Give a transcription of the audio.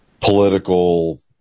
political